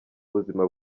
buzima